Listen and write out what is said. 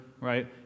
right